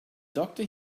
doctor